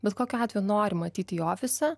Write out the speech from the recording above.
bet kokiu atveju nori matyt jį ofise